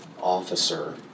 officer